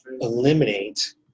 eliminate